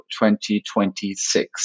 2026